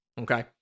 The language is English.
okay